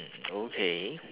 okay